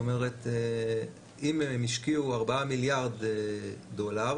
אם הם השקיעו 4 מיליארד דולר,